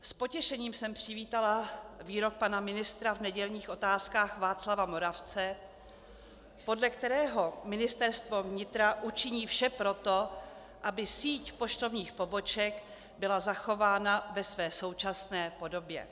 S potěšením jsem přivítala výrok pana ministra v nedělních Otázkách Václava Moravce, podle kterého Ministerstvo vnitra učiní vše pro to, aby síť poštovních poboček byla zachována ve své současné podobě.